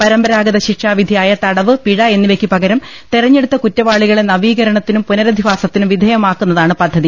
പരമ്പരാഗത ശിക്ഷാവിധി ആയ തടവ് പിഴ് എന്നിവയ്ക്ക് പകരം തിരഞ്ഞെടുത്ത കുറ്റവാളികളെ നവീകരണത്തിനും പുനരധിവാസത്തിനും വിധേയമാക്കുന്നതാണ് പദ്ധതി